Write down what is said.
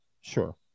sure